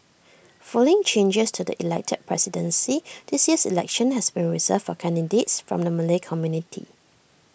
following changes to the elected presidency this year's election has been reserved for candidates from the Malay community